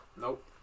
Nope